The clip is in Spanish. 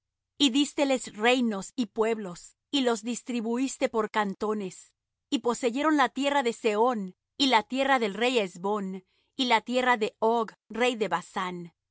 y dísteles reinos y pueblos y los distribuiste por cantones y poseyeron la tierra de sehón y la tierra del rey hesbón y la tierra de og rey de basán